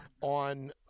on